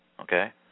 Okay